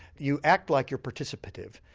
you act like you're participative,